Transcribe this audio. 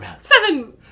Seven